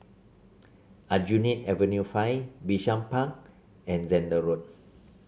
Aljunied Avenue Five Bishan Park and Zehnder Road